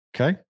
Okay